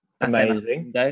Amazing